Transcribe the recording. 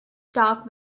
stock